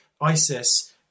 ISIS